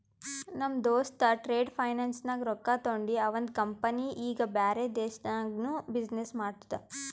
ನಮ್ ದೋಸ್ತ trade finance ನಾಗ್ ರೊಕ್ಕಾ ತೊಂಡಿ ಅವಂದ ಕಂಪನಿ ಈಗ ಬ್ಯಾರೆ ದೇಶನಾಗ್ನು ಬಿಸಿನ್ನೆಸ್ ಮಾಡ್ತುದ